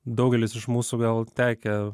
daugelis iš mūsų gal tekę